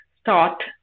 start